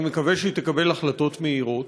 אני מקווה שהיא תקבל החלטות מהירות,